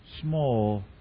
small